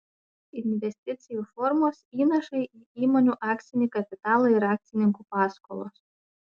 investicijų formos įnašai į įmonių akcinį kapitalą ir akcininkų paskolos